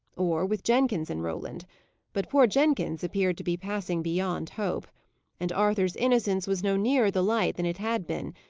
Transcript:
or with jenkins and roland but poor jenkins appeared to be passing beyond hope and arthur's innocence was no nearer the light than it had been,